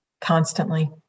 constantly